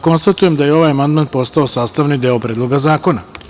Konstatujem da je ovaj amandman postao sastavni deo Predloga zakona.